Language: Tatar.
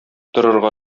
торырга